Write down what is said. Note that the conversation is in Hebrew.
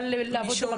לעבוד במקביל?